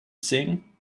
sing